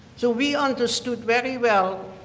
so we understood very well,